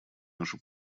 нашу